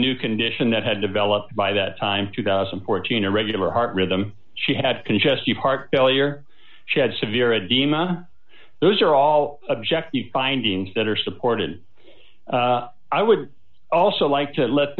new condition that had developed by that time two thousand and fourteen irregular heart rhythm she had congestive heart failure she had severe a demon those are all object findings that are supported i would also like to let